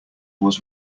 was